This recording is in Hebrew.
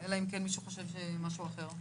אלא אם כן מישהו חושב משהו אחר.